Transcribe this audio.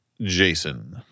Jason